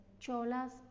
cholas